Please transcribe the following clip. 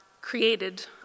created